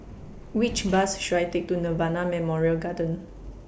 Which Bus should I Take to Nirvana Memorial Garden